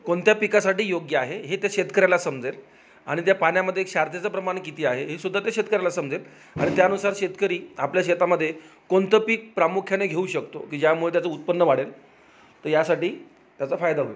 कोणत्या पिकासाठी योग्य आहे हे ते शेतकऱ्याला समजेल आणि त्या पाण्यामध्ये एक क्षारतेच प्रमाण किती आहे हे सुद्धा त्या शेतकऱ्याला समजेल आणि त्यानुसार शेतकरी आपल्या शेतामध्ये कोणतं पीक प्रामुख्याने घेऊ शकतो की ज्यामुळे त्याचं उत्पन्न वाढेल तर यासाठी त्याचा फायदा होईल